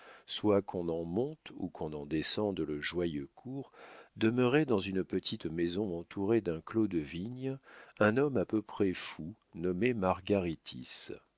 soit qu'on en monte ou qu'on en descende le joyeux cours demeurait dans une petite maison entourée d'un clos de vignes un homme à peu près fou nommé